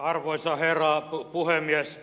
arvoisa herra puhemies